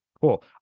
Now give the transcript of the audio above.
Cool